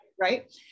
Right